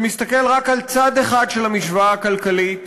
שמסתכל רק על צד אחד של המשוואה הכלכלית,